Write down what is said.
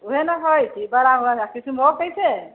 उहे नऽ हय कि बड़ा किसनभोग कैसे हय